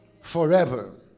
forever